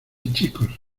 chicos